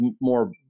more